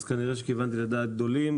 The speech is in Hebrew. אז כנראה שכיוונתי לדעת גדולים,